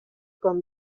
con